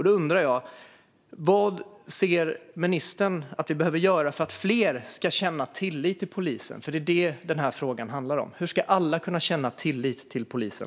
Då undrar jag: Vad anser ministern att vi behöver göra för att fler ska känna tillit till polisen? Det är det som den här frågan handlar om. Hur ska alla kunna känna tillit till polisen?